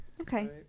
Okay